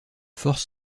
forts